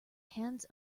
hands